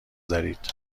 دارید